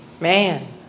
Man